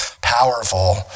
powerful